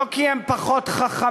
לא כי הם פחות חכמים,